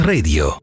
Radio